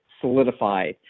solidify